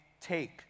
take